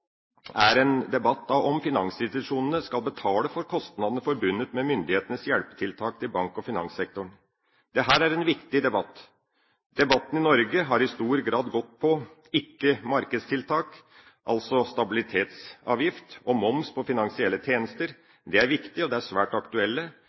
er en debatt om finansinstitusjonene skal betale for kostnadene forbundet med myndighetenes hjelpetiltak til bank- og finanssektoren. Dette er en viktig debatt. Debatten i Norge har i stor grad gått på ikke markedstiltak, altså stabilitetsavgift og moms på finansielle tjenester,